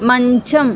మంచం